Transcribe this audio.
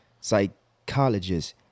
psychologists